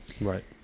Right